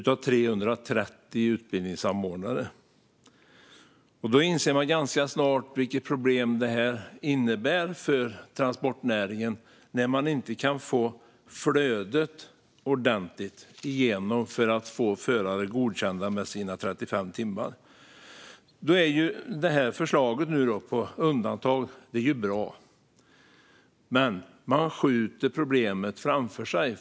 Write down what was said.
Man inser ganska snart vilket problem det innebär för transportnäringen när man inte kan få ett flöde i att förare får sina 35 timmar och blir godkända. Förslaget om ett undantag är bra, men man skjuter problemet framför sig.